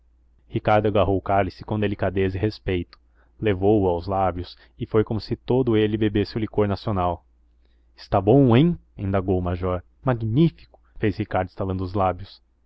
ricardo agarrou o cálice com delicadeza e respeito levou-o aos lábios e foi como se todo ele bebesse o licor nacional está bom hein indagou o major magnífico fez ricardo estalando os lábios